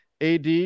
AD